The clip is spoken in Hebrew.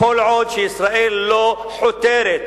כל עוד ישראל לא חותרת,